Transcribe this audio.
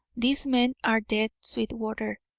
these men are dead, sweetwater,